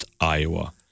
Iowa